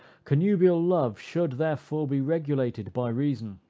connubial love should, therefore, be regulated by reason.